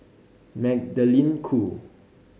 Magdalene Khoo